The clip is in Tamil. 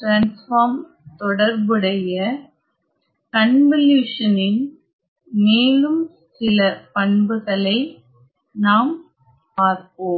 டிரான்ஸ்பார்ம் தொடர்புடைய கன்வலியுசன்இன் மேலும் சில பண்புகளை நாம் பார்ப்போம்